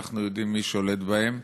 אנחנו יודעים מי שולט בהם.